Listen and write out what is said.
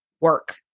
work